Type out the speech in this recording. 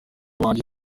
wanjye